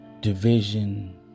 Division